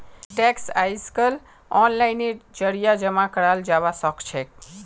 tax अइजकाल ओनलाइनेर जरिए जमा कराल जबा सखछेक